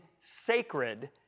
sacred